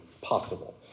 possible